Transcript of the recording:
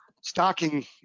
stocking